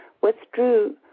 withdrew